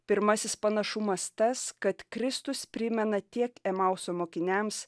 pirmasis panašumas tas kad kristus primena tiek emauso mokiniams